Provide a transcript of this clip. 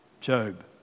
Job